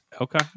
Okay